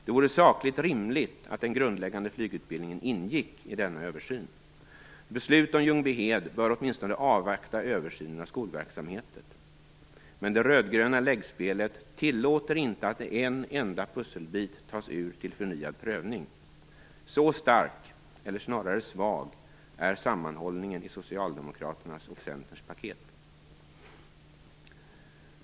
Det vore sakligt rimligt att den grundläggande flygutbildningen ingick i denna översyn. Beslut om Ljungbyhed bör åtminstone avvakta översynen av skolverksamheten. Men det röd-gröna läggspelet tillåter inte att en enda pusselbit tas ur till förnyad prövning. Så stark - eller snarare svag - är sammanhållningen i Socialdemokraternas och Centerns paket.